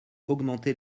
augmenter